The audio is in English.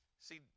see